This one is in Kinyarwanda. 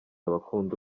abakunda